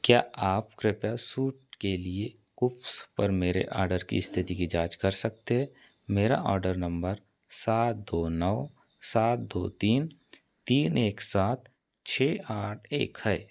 क्या आप कृपया सूट के लिए कूव्स पर मेरे ऑर्डर की स्थिति की जांच कर सकते हैं मेरा ऑर्डर नम्बर सात दो नौ सात दो तीन तीन एक छः आठ एक है